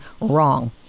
wrong